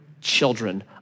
children